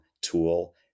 tool